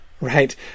right